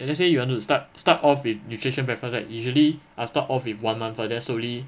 if let's say you want to start start off with nutrition breakfast right usually I will start off with one month first then slowly